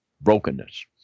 brokenness